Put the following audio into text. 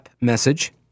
message